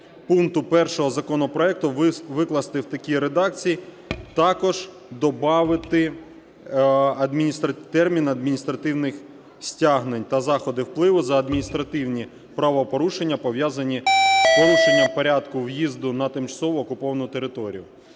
пункту 1 законопроекту викласти в такій редакції, також добавити термін "адміністративних стягнень та заходи впливу за адміністративні правопорушення, пов'язані з порушенням порядку в'їзду на тимчасово окуповану територію".